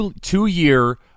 two-year